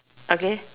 okay